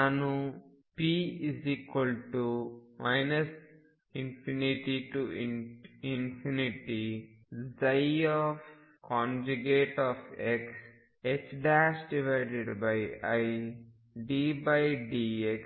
ನಾನು ⟨p⟩ ∞ xiddx